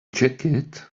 jacket